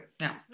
now